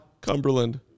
Cumberland